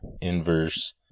Inverse